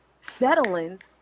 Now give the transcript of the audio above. settling